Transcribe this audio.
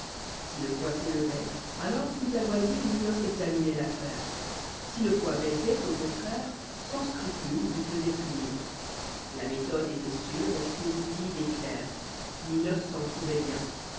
si le poids s'élevoit alors plus à loisir minos examinoit l'affaire r si le poids baissoït au contraire sans scrupule il faisoit punir la méthode étoit sûre expéditive et claire minos s'en trouvoit bien